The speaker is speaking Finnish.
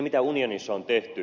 mitä unionissa on tehty